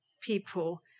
people